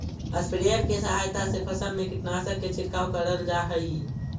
sprayer के सहायता से फसल में कीटनाशक के छिड़काव करल जा हई